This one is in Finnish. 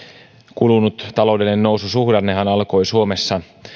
kulunut taloudellinen noususuhdannehan alkoi suomessa